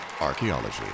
Archaeology